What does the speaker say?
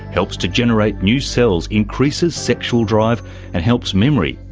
helps to generate new cells, increases sexual drive and helps memory,